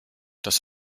das